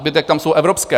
Zbytek tam jsou evropské.